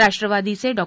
राष्ट्रवादीचे डॉ